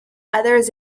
others